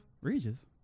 Regis